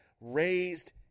raised